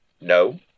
no